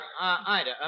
Ida